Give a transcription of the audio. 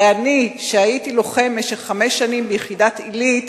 הרי אני, שהייתי לוחם במשך חמש שנים ביחידת עילית,